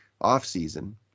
off-season